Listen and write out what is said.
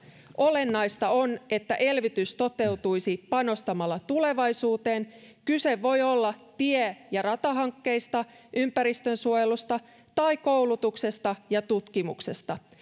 olennaista on että elvytys toteutuisi panostamalla tulevaisuuteen kyse voi olla tie ja ratahankkeista ympäristönsuojelusta tai koulutuksesta ja tutkimuksesta